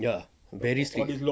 ya very strict